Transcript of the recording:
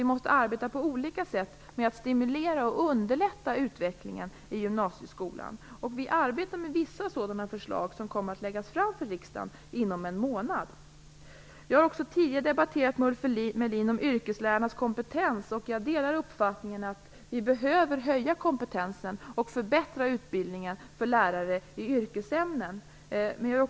Vi måste arbeta på olika sätt med att stimulera och underlätta utvecklingen i gymnasieskolan, och vi arbetar med vissa sådana förslag som kommer att läggas fram för riksdagen inom en månad. Jag har tidigare debatterat med Ulf Melin om yrkeslärarnas kompetens och delar uppfattningen att kompetensen behöver höjas och att utbildningen för lärare i yrkesämnen bör förbättras.